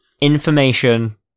information